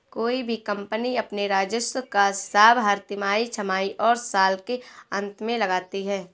कोई भी कम्पनी अपने राजस्व का हिसाब हर तिमाही, छमाही और साल के अंत में लगाती है